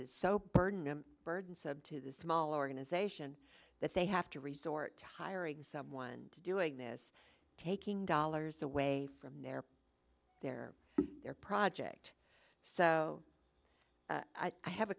is so burdensome burdensome to the small organization that they have to resort to hiring someone to doing this taking dollars away from their their their project so i have a